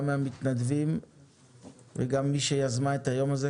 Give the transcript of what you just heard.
גם מן המתנדבים וגם ממי שיזמה את היום הזה,